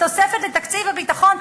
בתוספת לתקציב הביטחון,